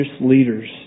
leaders